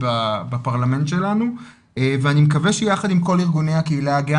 בפרלמנט שלנו ואני מקווה שיחד עם כל ארגוני הקהילה הגאה,